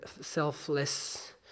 selfless